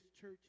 church